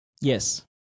yes